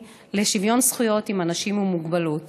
לשוויון זכויות לאנשים עם מוגבלות,